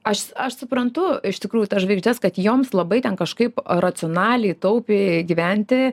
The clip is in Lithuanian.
aš aš suprantu iš tikrųjų tas žvaigždes kad joms labai ten kažkaip racionaliai taupiai gyventi